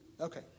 Okay